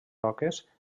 roques